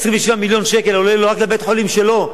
27 מיליון שקל עולה רק לבית-החולים שלו,